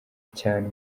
cyane